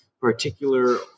particular